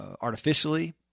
artificially